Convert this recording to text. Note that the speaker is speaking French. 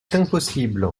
impossible